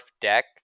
deck